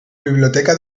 biblioteca